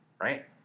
Right